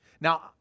Now